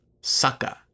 sucker